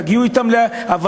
תגיעו אתם להבנות,